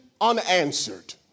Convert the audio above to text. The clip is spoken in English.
unanswered